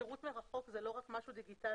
שירות מרחוק זה לא רק משהו דיגיטלי.